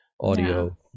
audio